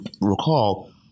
recall